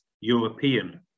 European